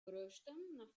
platforms